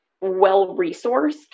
well-resourced